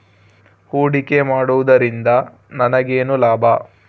ಹೂಡಿಕೆ ಮಾಡುವುದರಿಂದ ನನಗೇನು ಲಾಭ?